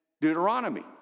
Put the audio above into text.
Deuteronomy